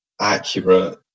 accurate